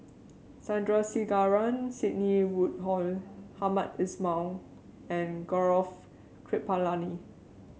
Sandrasegaran Sidney Woodhull Hamed Ismail and Gaurav Kripalani